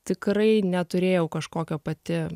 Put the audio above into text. tikrai neturėjau kažkokio pati